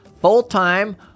full-time